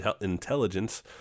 intelligence